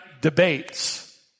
debates